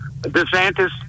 DeSantis